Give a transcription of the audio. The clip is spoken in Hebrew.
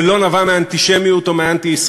זה לא נבע מאנטישמיות או מאנטי-ישראליות,